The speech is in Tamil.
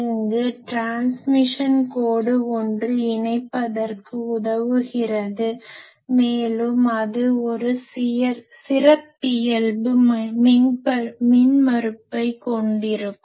இங்கு டிரான்ஸ்மிஷன் கோடு ஒன்று இணைப்பதற்கு உதவுகிறது மேலும் அது ஒரு சிறப்பியல்பு மின்மறுப்பைக் கொண்டிருக்கும்